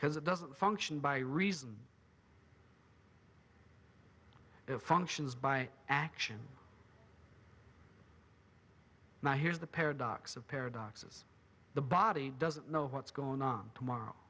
because it doesn't function by reason it functions by action now here's the paradox of paradoxes the body doesn't know what's going on tomorrow